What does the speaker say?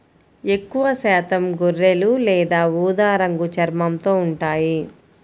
ఎక్కువశాతం గొర్రెలు లేత ఊదా రంగు చర్మంతో ఉంటాయి